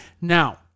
Now